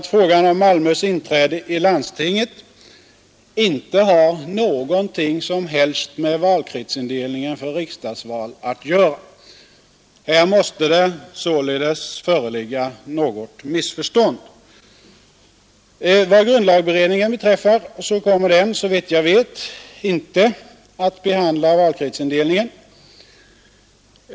Frågan om Malmös inträde i landstinget har inte något som helst med valkretsindelningen för riksdagsval att göra. Här måste det således föreligga något missförstånd. Vad grundlagberedningen beträffar kommer den, såvitt jag vet, inte att behandla frågan om valkretsindelningen.